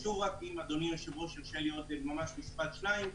אם אדוני היושב-ראש ירשה לי עוד ממש משפט-שניים,